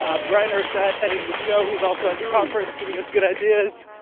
um bryant urstadt edits the show. he's also at the conference giving us good ideas.